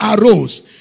arose